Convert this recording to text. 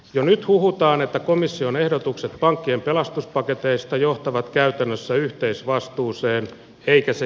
jo nyt huhutaan että komission ehdotukset pankkien pelastuspaketeista johtavat käytännössä yhteisvastuuseen eikä se